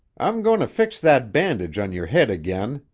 i'm goin' to fix that bandage on your head again,